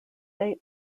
date